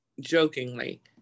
jokingly